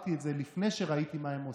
אמרתי את זה לפני שראיתי מה הם עושים,